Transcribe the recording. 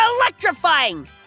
electrifying